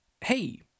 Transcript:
Hey